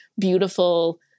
beautiful